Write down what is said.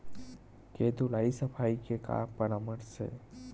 के धुलाई सफाई के का परामर्श हे?